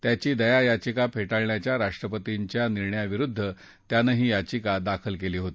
त्याची दयायाचिका फेटाळण्याच्या राष्ट्रपतींच्या निर्णयाविरुद्ध त्यानं ही याचिका दाखल केली होती